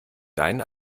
dein